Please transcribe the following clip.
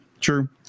true